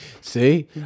See